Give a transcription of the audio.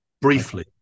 briefly